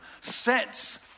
sets